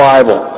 Bible